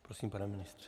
Prosím, pane ministře.